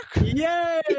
Yay